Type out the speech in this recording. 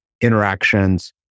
interactions